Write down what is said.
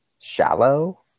shallow